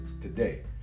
today